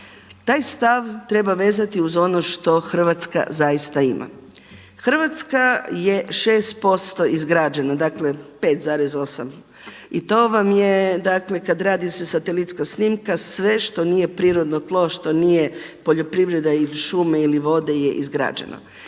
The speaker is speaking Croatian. Taj stav treba vezati uz ono što Hrvatska zaista ima. Hrvatska je 6% izgrađena, dakle 5,8 i to vam je kada se radi satelitska snimka sve što nije prirodno tlo, što nije poljoprivreda ili šume ili vode je izgrađeno.